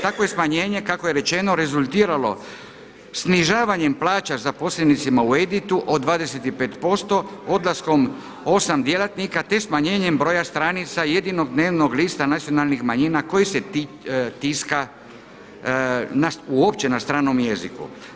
Takvo je smanjenje kako je rečeno rezultiralo snižavanjem plaća zaposlenicima u Editu od 25%, odlaskom 8 djelatnika, te smanjenjem broja stranica jedinog dnevnog lista nacionalnih manjina koji se tiska uopće na stranom jeziku.